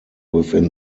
within